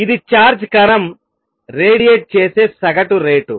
ఇది చార్జ్ కణం రేడియేట్ చేసే సగటు రేటు